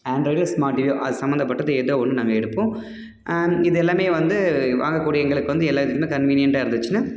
ஆண்ட்ராய்டோ இல்லை ஸ்மார்ட் டிவியோ அது சம்பந்தப்பட்டது ஏதோ ஒன்று நாங்கள் எடுப்போம் இதெல்லாமே வந்து வாங்கக்கூடிய எங்களுக்கு வந்து எல்லா இதுலையுமே கன்வீனியெண்ட்டாக இருந்துச்சுன்னால்